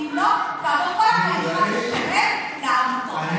אני מאוד מקווה שיש לך כסף לתרום לעמותות,